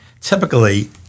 typically